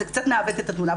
אז זה קצת מעוות את התמונה,